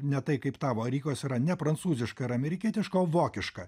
ne tai kaip tavo ar rikos yra ne prancūziška ar amerikietiška o vokiška